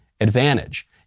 advantage